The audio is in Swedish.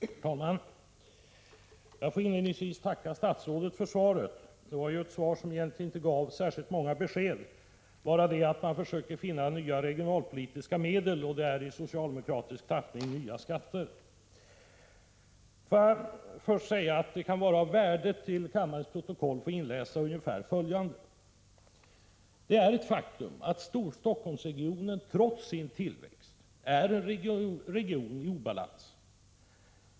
Herr talman! Jag får inledningsvis tacka statsrådet för svaret. Det var ett svar som egentligen inte gav särskilt många besked — bara det att man försöker finna nya regionalpolitiska medel. Och det är i socialdemokratisk tappning nya skatter. Det kan vara av värde att till riksdagens protokoll få anföra följande. Det är ett faktum att Storstockholmsregionen trots sin tillväxt är en region i obalans.